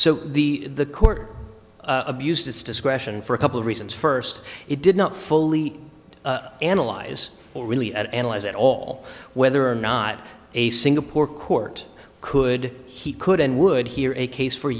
so the the court abused its discretion for a couple of reasons first it did not fully analyze or really at analyze at all whether or not a single poor court could he could and would hear a case for